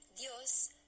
Dios